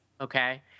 Okay